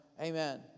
amen